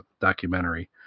documentary